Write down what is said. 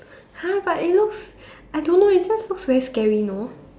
!huh! but it looks I don't know it just looks very scary you know